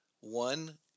one